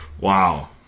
Wow